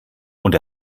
und